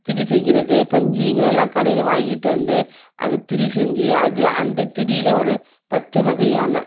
திரி செய்கிறது பஞ்சுங்களலாம் கடையில் வாங்கிட்டு வந்து அது திரி செஞ்சு அது அந்த திரியில் ஒரு பத்து வகையான